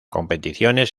competiciones